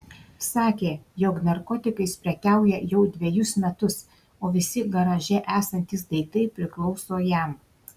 sakė jog narkotikais prekiauja jau dvejus metus o visi garaže esantys daiktai priklauso jam